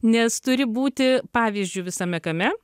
nes turi būti pavyzdžiu visame kame